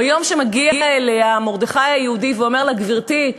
ביום שמגיע אליה מרדכי היהודי ואומר לה: גברתי,